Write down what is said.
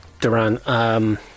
Duran